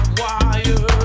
wire